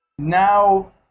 Now